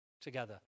Together